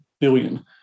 billion